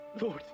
Lord